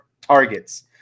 targets